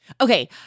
Okay